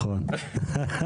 כן, אני יכול להעיד.